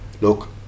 look